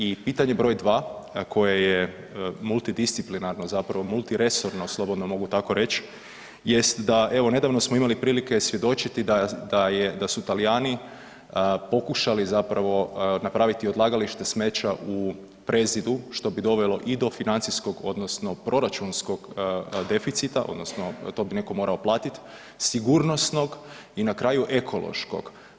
I pitanje broj dva koje je multidisciplinarno zapravo multiresorno slobodno mogu tako reći, jest da evo nedavno smo imali prilike svjedočiti da su Talijani pokušali zapravo napraviti odlagalište smeća u Prezidu što bi dovelo i do financijskog odnosno proračunskog deficita, odnosno to bi netko morao platiti, sigurnosnog i na kraju ekološkog.